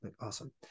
Awesome